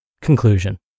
Conclusion